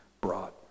brought